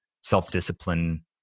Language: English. self-discipline